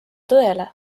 tõele